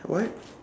what